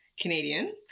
Canadian